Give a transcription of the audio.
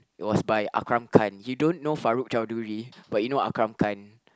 it was by Akram-Khan you don't know Farooq-Chaudhry but you know Akram-Khan